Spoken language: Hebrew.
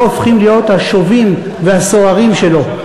הופכים להיות השובים והסוהרים שלו.